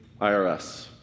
IRS